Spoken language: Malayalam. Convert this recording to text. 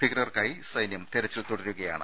ഭീകരൻമാർക്കായി സൈന്യം തെരച്ചിൽ തുടരുകയാണ്